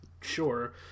sure